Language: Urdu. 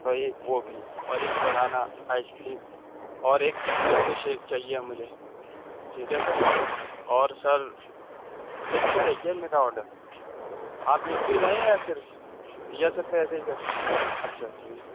سر ایک وہ بھی اور ایک بنانا آئس کریم اور ایک ملک شیک چاہیے مجھے ٹھیک ہے سر اور سر لکھتے رہیے میرا آڈر آپ لکھ بھی رہے ہیں یا صرف یا صرف ایسے ہی اچھا ٹھیک